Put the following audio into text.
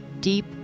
deep